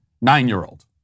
nine-year-old